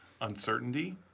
uncertainty